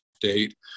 date